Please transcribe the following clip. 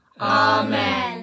Amen